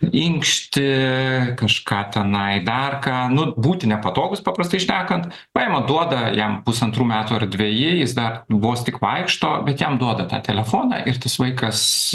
inkšti kažką tenai dar ką nu būti nepatogus paprastai šnekant paima duoda jam pusantrų metų ar dveji jis dar vos tik vaikšto bet jam duoda tą telefoną ir tas vaikas